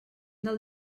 del